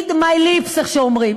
Read my lips, איך שאומרים.